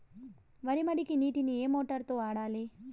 వరి మడికి నీటిని ఏ మోటారు తో వాడాలి?